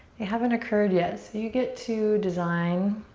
they haven't occurred yet so you get to design,